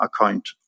account